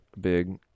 big